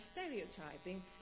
stereotyping